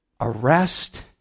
arrest